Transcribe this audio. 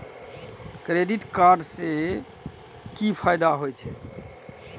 Credit card से कि फायदा होय छे?